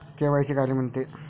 KYC कायले म्हनते?